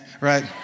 Right